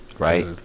Right